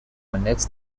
connects